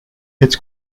it’s